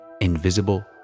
invisible